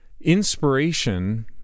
Inspiration